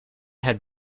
het